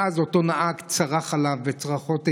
ואז אותו נהג צרח עליו בצרחות אימים: